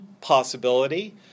possibility